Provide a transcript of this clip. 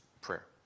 prayer